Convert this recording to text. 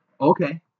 Okay